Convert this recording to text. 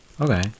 Okay